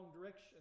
direction